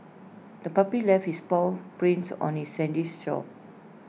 the puppy left its paw prints on the sandys shore